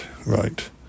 Right